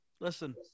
listen